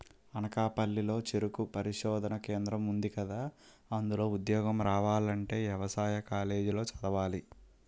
అనకాపల్లి లో చెరుకు పరిశోధనా కేంద్రం ఉందికదా, అందులో ఉద్యోగం రావాలంటే యవసాయ కాలేజీ లో చదవాలి